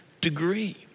degree